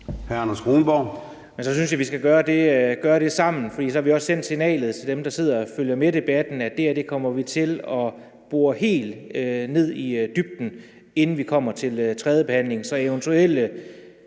Kronborg (S): Vi skal gøre det sammen, for så har vi også sendt det signal til dem, der sidder og følger med i debatten, at det her kommer vi til at bore helt ned i dybden af, inden vi kommer til tredjebehandlingen